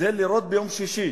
לראות ביום שישי